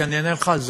למה אתה לא שואל?